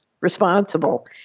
responsible